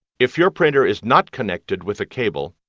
if your printer is not connected with a cable,